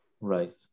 Right